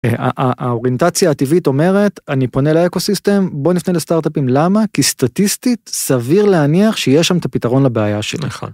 האוריינטציה הטבעית אומרת אני פונה לאקוסיסטם בוא נפנה לסטארטאפים למה כי סטטיסטית סביר להניח שיש שם את הפתרון לבעיה שלך.